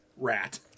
rat